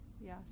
Yes